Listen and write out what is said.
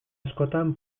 askotan